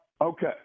Okay